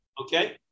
Okay